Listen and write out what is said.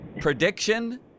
Prediction